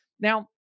Now